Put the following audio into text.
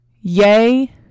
Yay